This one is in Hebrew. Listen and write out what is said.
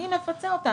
מי מפצה אותן?